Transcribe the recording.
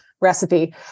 recipe